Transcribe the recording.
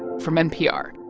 from npr